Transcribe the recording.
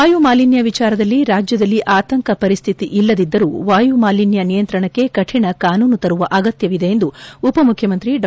ವಾಯುಮಾಲಿನ್ಯ ವಿಚಾರದಲ್ಲಿ ರಾಜ್ಯದಲ್ಲಿ ಆತಂಕ ಪರಿಸ್ತಿತಿ ಇಲ್ಲದಿದ್ದರೂ ಮಾಲಿನ್ಯ ನಿಯಂತ್ರಣಕ್ಕೆ ಕಠಿಣ ಕಾನೂನು ತರುವ ಅಗತ್ಯವಿದೆ ಎಂದು ಉಪಮುಖ್ಯಮಂತ್ರಿ ಡಾ